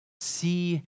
see